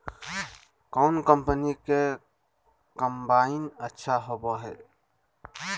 कौन कंपनी के कम्बाइन अच्छा होबो हइ?